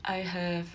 I have